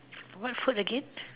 what food again